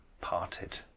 parted